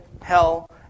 hell